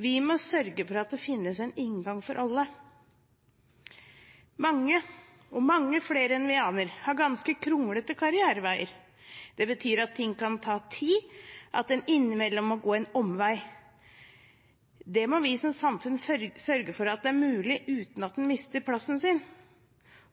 Vi må sørge for at det finnes en inngang for alle. Mange, og mange flere enn vi aner, har ganske kronglete karriereveier. Det betyr at ting kan ta tid, og at man innimellom må gå en omvei. Det må vi som samfunn sørge for er mulig uten at man mister plassen sin.